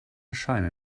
scheine